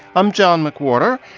i'm john mcwhorter.